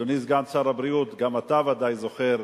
אדוני סגן שר הבריאות, גם אתה ודאי זוכר,